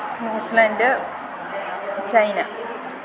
New Zealand China